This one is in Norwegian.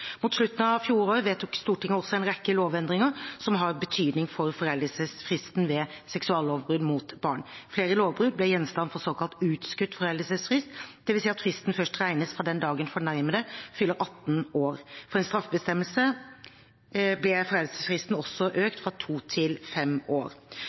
Mot slutten av fjoråret vedtok Stortinget også en rekke lovendringer som har betydning for foreldelsesfristen ved seksuallovbrudd mot barn. Flere lovbrudd ble gjenstand for såkalt utskutt foreldelsesfrist, det vil si at fristen først regnes fra den dagen fornærmede fyller 18 år. For en straffebestemmelse ble foreldelsesfristen også økt fra to til fem år.